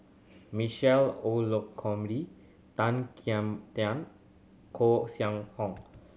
Michael Olcomendy Tan Kim Tian Koeh Sia Hong